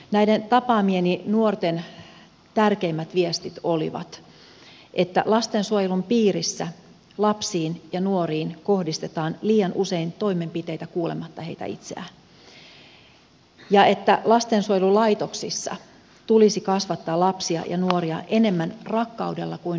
näiden tapaamieni nuorten tärkeimmät viestit olivat että lastensuojelun piirissä lapsiin ja nuoriin kohdistetaan liian usein toimenpiteitä kuulematta heitä itseään ja että lastensuojelulaitoksissa tulisi kasvattaa lapsia ja nuoria enemmän rakkaudella kuin rangaistuksilla